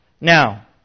Now